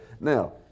Now